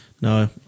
No